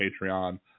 Patreon